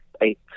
eight